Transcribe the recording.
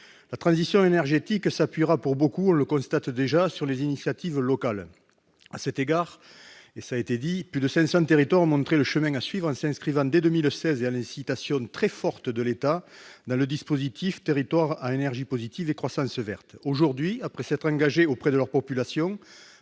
La transition énergétique s'appuiera pour beaucoup, on le constate déjà, sur les initiatives locales. À cet égard, plus de 500 territoires ont montré le chemin à suivre en s'inscrivant dès 2016, et à l'incitation très forte de l'État, dans le dispositif des territoires à énergie positive pour la croissance verte, ou TEPCV. Aujourd'hui, après s'être engagés auprès de leur population,